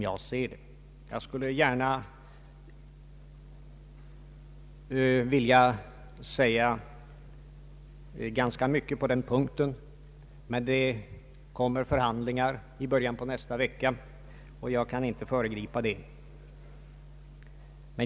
Jag skulle vilja säga ganska mycket på den punkten, men det blir förhandlingar i början av nästa vecka, och jag vill inte föregripa dem.